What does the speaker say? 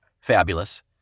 fabulous